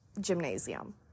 gymnasium